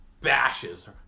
bashes